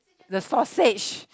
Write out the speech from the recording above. the sausage